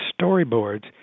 storyboards